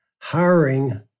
hiring